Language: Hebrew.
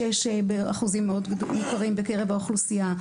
שקיים באחוזים מאוד מוכרים בקרב האוכלוסייה,